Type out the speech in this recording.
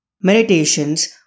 Meditations